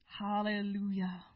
Hallelujah